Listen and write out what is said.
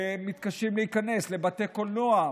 מתקשים להיכנס לבתי קולנוע,